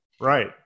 Right